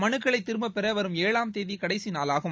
மனுக்களை திரும்பப்பெற வரும் ஏழாம் தேதி கடைசி நாளாகும்